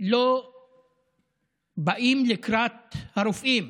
לא באים לקראת הרופאים?